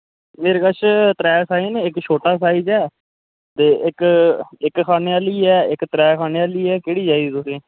मेरे कश त्रै साइज़ न इक छोटा साइज़ ऐ ते इक इक खान्ने आह्ली ऐ इक त्रै खान्ने आह्ली ऐ केह्ड़ी चाहिदी तुसें